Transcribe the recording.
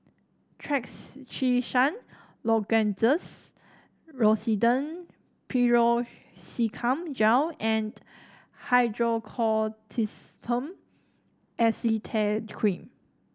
Trachisan Lozenges Rosiden Piroxicam Gel and Hydrocortisone Acetate Cream